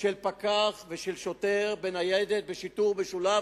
של פקח ושל שוטר בניידת בשיטור משולב,